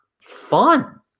fun